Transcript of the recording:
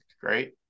Great